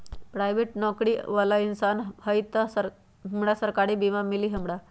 Private नौकरी बाला इंसान हई त हमरा सरकारी बीमा मिली हमरा?